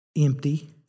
empty